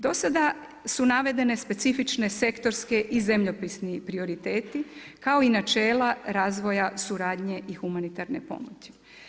Do sada su navedene specifične sektorske i zemljopisni prioriteti kao i načela razvoja, suradnje i humanitarne pomoći.